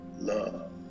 love